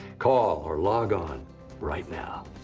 call or log on right now.